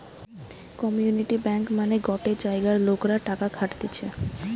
community bank মানে গটে জায়গার লোকরা টাকা খাটতিছে